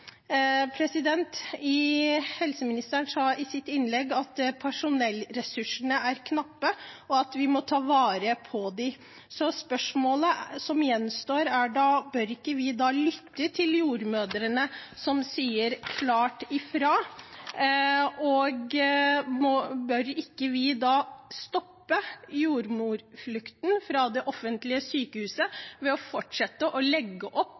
Helseministeren sa i sitt innlegg at personellressursene er knappe, og at vi må ta vare på dem. Spørsmålet som gjenstår, er om vi ikke da bør lytte til jordmødrene, som sier klart ifra. Og bør vi ikke da stoppe jordmorflukten fra offentlige sykehus, som skjer ved at man fortsetter å legge opp